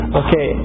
okay